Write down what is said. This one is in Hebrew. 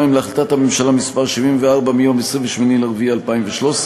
להחלטת הממשלה מס' 74 מ-28 באפריל 2013,